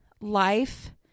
life